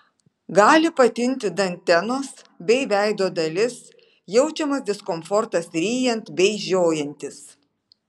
gali patinti dantenos bei veido dalis jaučiamas diskomfortas ryjant bei žiojantis